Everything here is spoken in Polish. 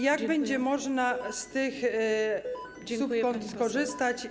Jak będzie można z tych subkont skorzystać?